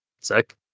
sick